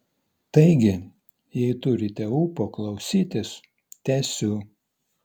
taigi jei turite ūpo klausytis tęsiu